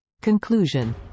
Conclusion